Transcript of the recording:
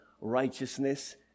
righteousness